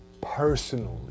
personally